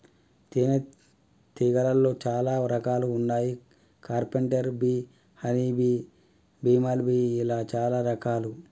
తేనే తీగలాల్లో చాలా రకాలు వున్నాయి carpenter bee honey bee, bumble bee ఇలా చాలా రకాలు